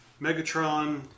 Megatron